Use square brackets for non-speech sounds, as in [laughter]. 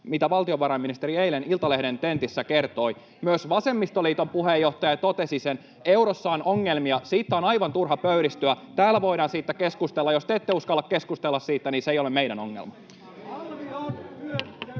mitä valtiovarainministeri eilen Iltalehden tentissä kertoi. Myös vasemmistoliiton puheenjohtaja totesi sen, että eurossa on ongelmia, siitä on aivan turha pöyristyä. Täällä voidaan siitä keskustella. Jos te ette uskalla keskustella siitä, [noise] niin se ei ole meidän ongelma.